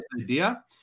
idea